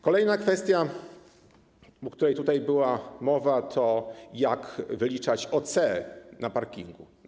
Kolejna kwestia, o której tutaj była mowa, dotyczy tego, jak wyliczać OC na parkingu.